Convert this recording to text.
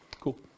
Cool